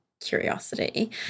curiosity